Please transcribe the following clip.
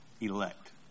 elect